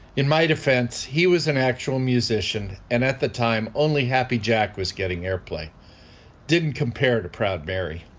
in my defense he was an actual musician and at the time only happy jack was getting airplay didn't compare to proud barry.